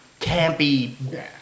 campy